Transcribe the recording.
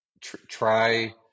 try